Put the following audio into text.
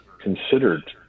considered